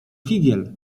figiel